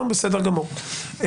בסדר גמור.